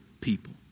people